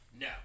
No